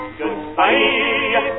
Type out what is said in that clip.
goodbye